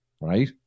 right